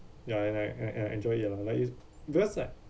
ya and I I I enjoy it lah like it because like